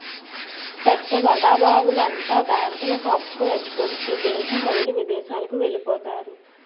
పెద్ద బడాబాబుల అంతా బ్యాంకులకు అప్పు ఎగ్గొట్టి దేశం వదిలి విదేశాలకు వెళ్లిపోతారు